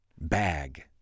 bag